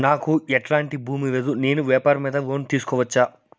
నాకు ఎట్లాంటి భూమి లేదు నేను వ్యాపారం మీద లోను తీసుకోవచ్చా?